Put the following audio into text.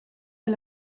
per